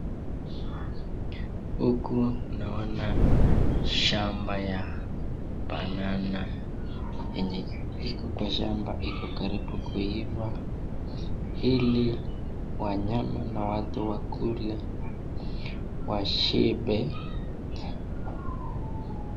Huku naona shamba ya banana . Iko kwa shamba iko karibu kuiva ili wanyama na watu wakule washibe.